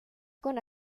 con